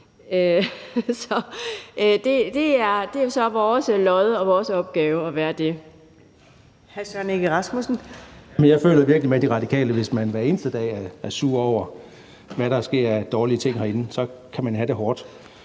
20:07 Søren Egge Rasmussen (EL): Jeg føler virkelig med De Radikale, hvis de hver eneste dag er sure over, hvad der sker af dårlige ting herinde – så kan man have det hårdt.